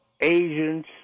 Asians